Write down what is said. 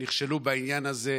הן נכשלו בעניין הזה,